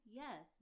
yes